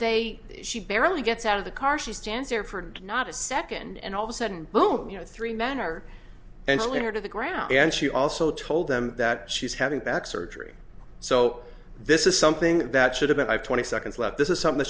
they she barely gets out of the car she stands there for not a second and all of a sudden boom you know three men are and only her to the ground and she also told them that she's having back surgery so this is something that should have been i have twenty seconds left this is something